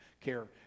care